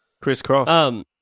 Crisscross